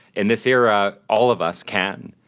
in this era, all of us can.